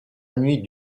nuit